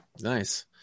Nice